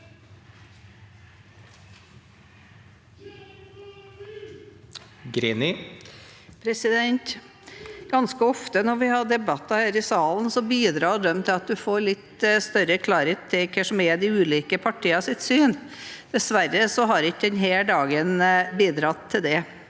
Ganske ofte når vi har debatter her i salen, bidrar de til at en får litt større klarhet i hva som er de ulike partienes syn. Dessverre har ikke denne dagen bidratt til det.